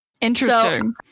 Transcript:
interesting